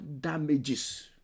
damages